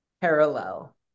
parallel